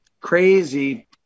crazy